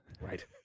Right